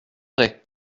vrai